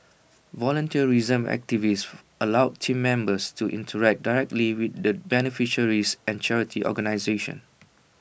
volunteerism activities allow Team Members to interact directly with the beneficiaries and charity organisations